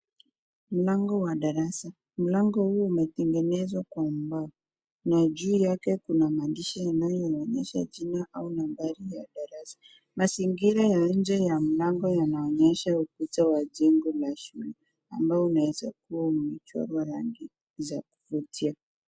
Mlango wa darasa, mlango huu umetengenezwa kwa mbao na juu yake kuna maandishi yanayoonyesha jina au nambari ya darasa, mazingira ya nje ya mlango yanaonyesha uso wa jengo la shule ambao unaeza kuwa umechorwa rangi za kuvutia.